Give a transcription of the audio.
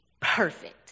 perfect